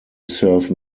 serve